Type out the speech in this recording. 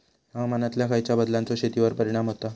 हवामानातल्या खयच्या बदलांचो शेतीवर परिणाम होता?